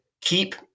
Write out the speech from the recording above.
keep